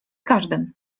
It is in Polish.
każdym